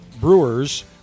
brewers